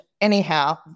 anyhow